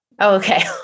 Okay